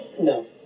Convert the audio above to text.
No